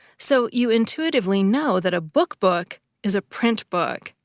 so you intuitively know that a book-book is a print book.